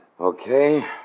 Okay